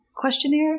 questionnaire